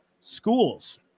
Schools